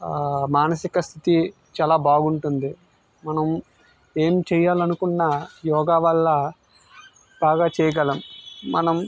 మానసిక స్థితి చాలా బాగుంటుంది మనం ఏం చేయాలనుకున్నా యోగా వల్ల బాగా చేయగలం మనం